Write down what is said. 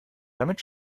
damit